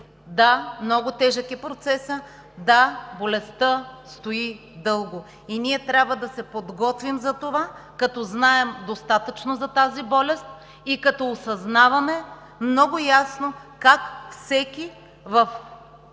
Да, много е тежък процесът. Да, болестта стои дълго и ние трябва да се подготвим за това, като знаем достатъчно за тази болест и като осъзнаваме много ясно как всеки, в